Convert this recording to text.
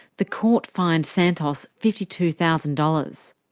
the court fined santos fifty two thousand dollars.